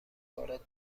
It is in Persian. وارد